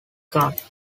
cart